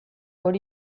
hori